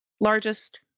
largest